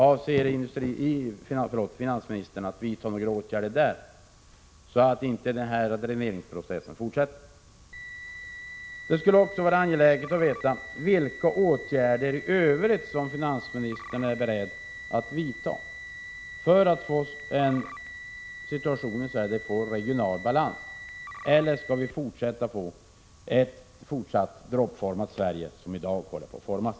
Avser finansministern att vidta några åtgärder där, så att inte dräneringsprocessen fortsätter? Det är också angeläget att få veta vilka åtgärder i övrigt som finansministern är beredd att vidta för att Sverige skall få regional balans. Eller skall vi fortsätta med att utveckla ett droppformat Sverige, som i dag håller på att formas?